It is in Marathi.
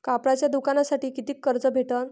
कापडाच्या दुकानासाठी कितीक कर्ज भेटन?